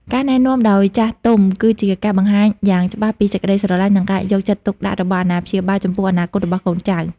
ការណែនាំដោយចាស់ទុំគឺជាការបង្ហាញយ៉ាងច្បាស់ពីសេចក្ដីស្រឡាញ់ និងការយកចិត្តទុកដាក់របស់អាណាព្យាបាល ចំពោះអនាគតរបស់កូនចៅ។